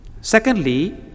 Secondly